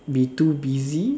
be too busy